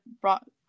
brought